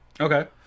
Okay